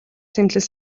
зэмлэл